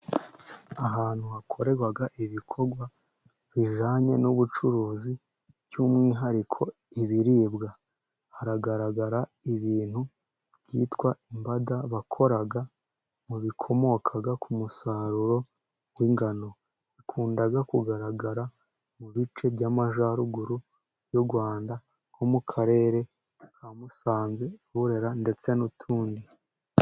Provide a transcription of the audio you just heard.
Ahantu hakorerwa ibikorwa bijyanye n'ubucuruzi, by'umwihariko ibiribwa. Haragaragara ibintu byitwa imbada bakora mu bikomoka ku musaruro w'ingano. Bikunda kugaragara mu bice by'amajyaruguru y'u Rwanda, nko mu karere ka Musanze, Burera, ndetse n'utundi.